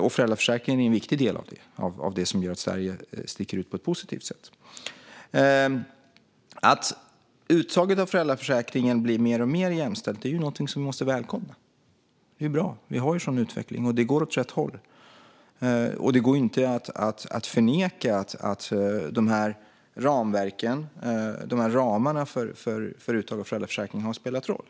Och föräldraförsäkringen är en viktig del i att Sverige sticker ut på ett positivt sätt. Att uttaget av föräldraförsäkringen blir mer och mer jämställt är någonting som vi måste välkomna. Det är bra att vi har en utveckling som går åt rätt håll. Det går inte att förneka att ramarna för uttag i föräldraförsäkringen har spelat roll.